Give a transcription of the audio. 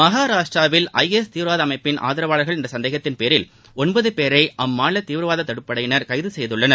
மகாராஷ்டிராவில் I S தீவிரவாத அமைப்பின் ஆதரவாளர்கள் என்ற சந்தேகத்தின்பேரில் ஒன்பது பேரை அம்மாநில தீவிரவாத தடுப்புப்படையினர் கைது செய்துள்ளனர்